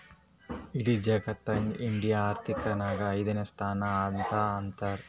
ಇಡಿ ಜಗತ್ನಾಗೆ ಇಂಡಿಯಾ ಆರ್ಥಿಕ್ ನಾಗ್ ಐಯ್ದನೇ ಸ್ಥಾನ ಅದಾ ಅಂತಾರ್